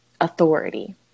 authority